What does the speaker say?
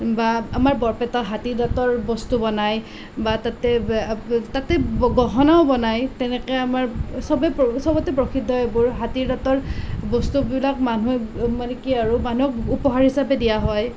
বা আমাৰ বৰপেটাত হাতীদাঁতৰ বস্তু বনায় বা তাতে তাতে গহনাও বনায় তেনেকৈ আমাৰ সবে সবতে প্ৰসিদ্ধ এইবোৰ হাতীদাঁতৰ বস্তুবিলাক মানুহে মানে কি আৰু মানুহক উপহাৰ হিচাপে দিয়া হয়